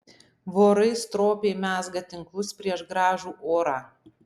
vorai stropiai mezga tinklus prieš gražų orą